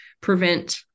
prevent-